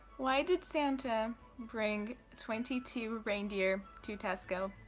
why did santa bring twenty two reindeer to tesco?